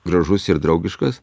gražus ir draugiškas